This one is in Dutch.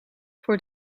voor